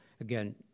again